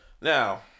Now